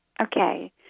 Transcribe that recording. Okay